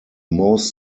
most